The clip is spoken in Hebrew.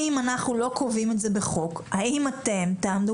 אם אנחנו לא קובעים את זה בחוק האם אתם תעמדו